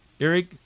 Eric